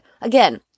Again